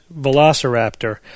Velociraptor